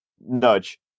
nudge